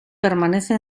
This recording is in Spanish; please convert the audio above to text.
permanece